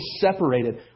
separated